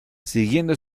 siguiendo